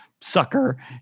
sucker